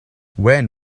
when